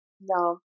No